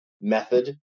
method